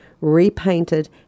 repainted